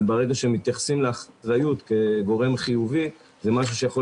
ברגע שמתייחסים לאחריות כגורם חיובי זה משהו שיכול